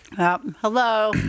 Hello